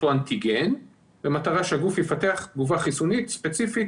את אותו אנטיגן במטרה שהגוף יפתח תגובה חיסונית ספציפית